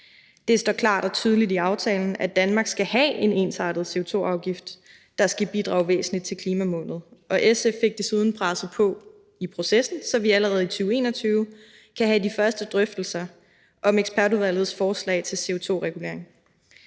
Det står klart og tydeligt i aftalen, at Danmark skal have en ensartet CO2-afgift, der skal bidrage væsentligt til klimamålet, og SF fik desuden presset på i processen, så vi allerede i 2021 kan have de første drøftelser af ekspertudvalgets forslag til CO2-regulering.